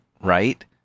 right